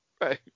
Right